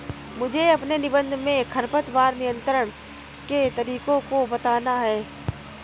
मुझे अपने निबंध में खरपतवार नियंत्रण के तरीकों को बताना है